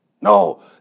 No